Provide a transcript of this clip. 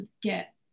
get